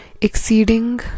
exceeding